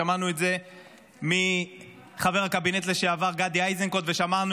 שמענו את זה מחבר הקבינט לשעבר גדי אייזנקוט ושמענו